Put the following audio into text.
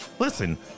Listen